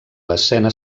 l’escena